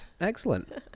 Excellent